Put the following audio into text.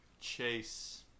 Chase